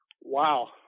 Wow